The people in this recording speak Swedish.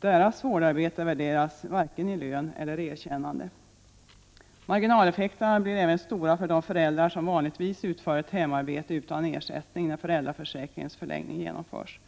Deras vårdarbete värderas varken i lön eller i erkännande. Marginaleffekterna blir även stora för de föräldrar som vanligtvis utför ett hemarbete utan ersättning, när föräldraförsäkringens förlängning genomförs.